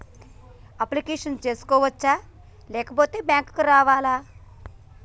Application చేసుకోవచ్చా లేకపోతే bank రావాలా?